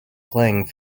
playing